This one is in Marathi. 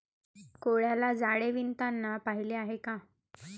कोळ्याला जाळे विणताना पाहिले आहे का?